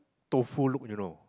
tofu look you know